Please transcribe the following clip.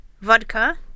vodka